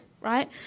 right